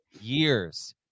years